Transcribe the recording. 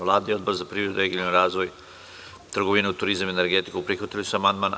Vlada i Odbor za privredu, regionalni razvoj, trgovinu, turizam i energetiku prihvatili su amandman.